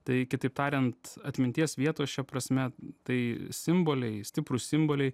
tai kitaip tariant atminties vietos šia prasme tai simboliai stiprūs simboliai